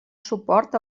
suport